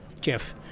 Jeff